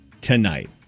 tonight